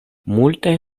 multaj